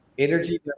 Energy